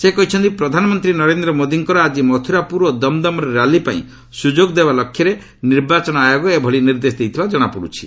ସେ କହିଛନ୍ତି ପ୍ରଧାନମନ୍ତ୍ରୀ ନରେନ୍ଦ୍ର ମୋଦିଙ୍କର ଆକି ମଥୁରାପୁର ଓ ଦମ୍ଦମ୍ରେ ର୍ୟାଲି ପାଇଁ ସୁଯୋଗ ଦେବା ଲକ୍ଷ୍ୟରେ ନିର୍ବାଚନ ଆୟୋଗ ଏଭଳି ନିର୍ଦ୍ଦେଶ ଦେଇଥିବା ଜଣାପଡ଼ୁଛି